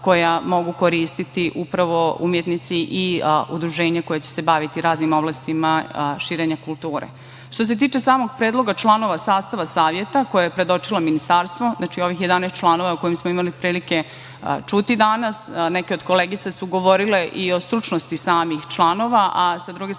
koja mogu koristiti upravo umetnici i udruženja koja će se baviti raznim oblastima širenja kulture. Što se tiče samog predloga članova sastava Saveta, koje je predočilo ministarstvo, znači, ovih 11 članova o kojima smo imali prilike čuti danas, neke od koleginica su govorile i o stručnosti samih članova,